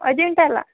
अजिंठाला